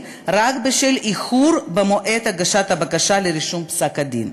רק בשל איחור במועד הגשת הבקשה לרישום פסק-הדין.